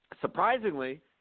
surprisingly